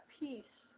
peace